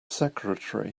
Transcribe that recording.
secretary